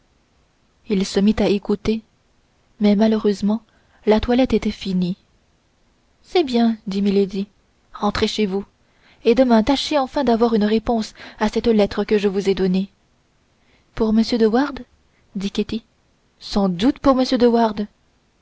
il se remit à écouter mais malheureusement la toilette était finie c'est bien dit milady rentrez chez vous et demain tâchez enfin d'avoir une réponse à cette lettre que je vous ai donnée pour m de wardes dit ketty sans doute pour m